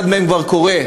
אחד מהם כבר קורה,